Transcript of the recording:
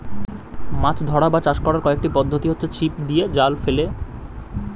মাছ ধরা বা চাষ করার কয়েকটি পদ্ধতি হচ্ছে ছিপ দিয়ে, জাল ফেলে